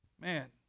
Man